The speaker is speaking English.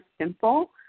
simple